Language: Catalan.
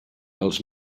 als